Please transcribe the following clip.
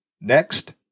Next